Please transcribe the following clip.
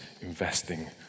investing